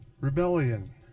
rebellion